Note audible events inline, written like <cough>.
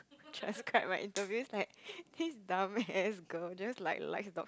<laughs> transcribe my interview is like this dumb ass girl just like likes dogs